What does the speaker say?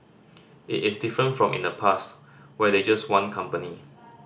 it is different from in the past where they just want company